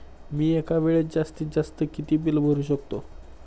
मी एका वेळेस जास्तीत जास्त किती बिल भरू शकतो?